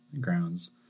grounds